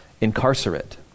Incarcerate